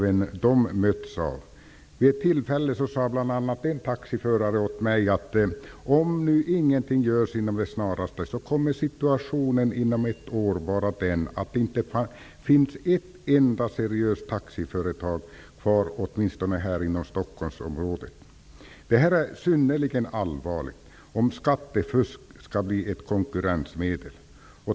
En taxiförare sade vid ett tillfälle till mig, att om ingenting görs med det snaraste kommer situationen inom ett år att vara den att det inte finns ett enda seriöst taxiföretag kvar i Det är synnerligen allvarligt om skattefusk skall bli ett konkurrensmedel.